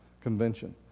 convention